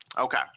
Okay